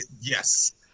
Yes